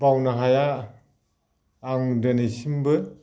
बावनो हाया आं दिनैसिमबो